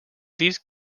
these